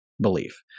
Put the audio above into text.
belief